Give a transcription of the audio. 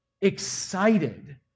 excited